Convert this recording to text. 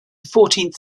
fourteenth